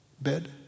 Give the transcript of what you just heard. bed